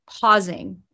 pausing